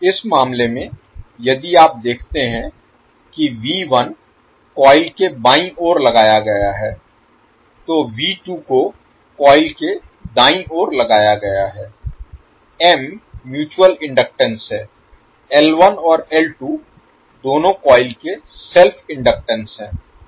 इस मामले में यदि आप देखते हैं कि कॉइल के बाईं ओर लगाया गया है तो को कॉइल के दाईं ओर लगाया गया है M म्यूचुअल इनडक्टेंस है और दोनों कॉइल के सेल्फ इनडक्टेंस हैं